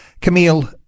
Camille